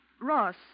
Ross